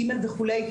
ג' וכולי,